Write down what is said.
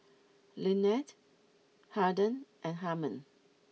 Lynnette Harden and Harmon